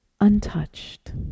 untouched